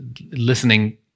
listening